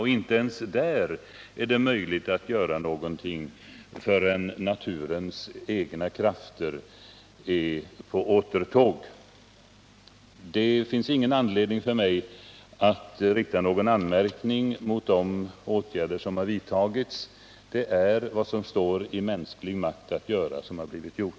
Och inte ens där är det möjligt att göra någonting förrän naturens egna krafter är på återtåg. Det finns ingen anledning för mig att rikta någon anmärkning mot de åtgärder som har vidtagits. Det som står i mänsklig makt att göra har blivit gjort.